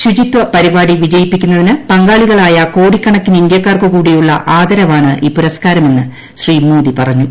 ശുചിത്വ പരിപാടി വിജ്യൂിപ്പിക്കുന്നതിന് പങ്കാളികളായ കോടിക്കണക്കിന് ഇന്ത്യാക്കാർക്ക് കൂടിയുള്ള ആദരവാണ് ഈ പുരസ്കാരമെന്ന് ശ്രീ മോദി പറഞ്ഞു